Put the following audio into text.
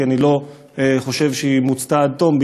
כי אני לא חושב שהבדיקה מוצתה עד תום,